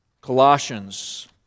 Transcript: Colossians